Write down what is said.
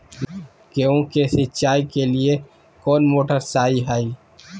गेंहू के सिंचाई के लिए कौन मोटर शाही हाय?